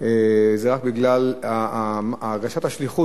זה רק בגלל הרגשת השליחות,